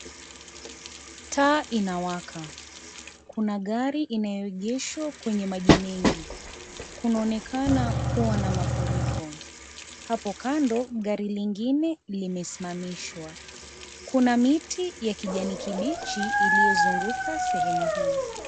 Taa inawaka kuna gari inayoegeshwa kwenye maji mengi kunaonekana kuwa na mafuriko hapo kando gari lingine limesimamishwa kuna miti ya kijani kibichi iliyozunguka sehemu hii.